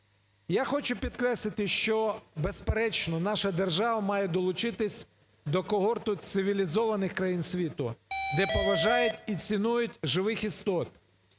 Я хочу підкреслити, що безперечно, наша держава має долучитись до когорти цивілізованих країн світу, де поважають і цінують живих істот.